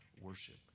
worship